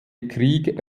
krieg